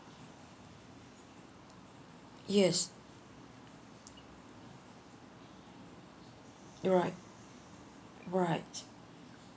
yes right right